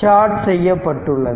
short செய்யப்பட்டுள்ளது